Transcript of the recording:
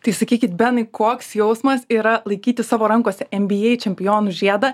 tai sakykit benai koks jausmas yra laikyti savo rankose nba čempionų žiedą